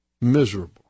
Miserable